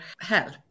help